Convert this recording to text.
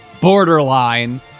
borderline